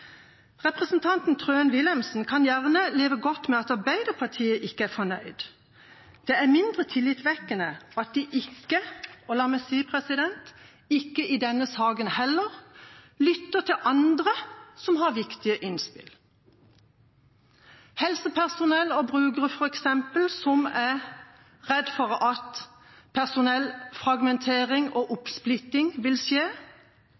Representanten Wilhelmsen Trøen kan gjerne leve godt med at Arbeiderpartiet ikke er fornøyd. Det er mindre tillitvekkende at de ikke – i denne saka heller – lytter til andre som har viktige innspill. Helsepersonell og brukere f.eks., som er redd for personellfragmentering og oppsplitting, at kompetansemiljøer vil